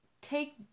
take